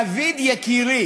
דוד יקירי,